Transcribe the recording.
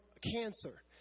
cancer